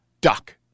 Duck